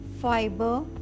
fiber